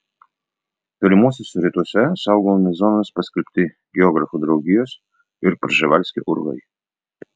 tolimuosiuose rytuose saugomomis zonomis paskelbti geografų draugijos ir prževalskio urvai